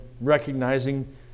recognizing